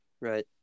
Right